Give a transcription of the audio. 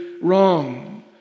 wrong